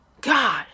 God